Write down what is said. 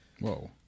Whoa